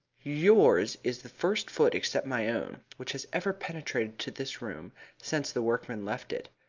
yours is the first foot except my own which has ever penetrated to this room since the workmen left it.